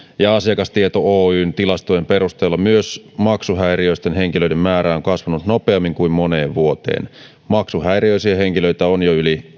ja asiakastieto oyn tilastojen perusteella myös maksuhäiriöisten henkilöiden määrä on kasvanut nopeammin kuin moneen vuoteen maksuhäiriöisiä henkilöitä on jo yli